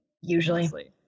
Usually